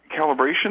calibration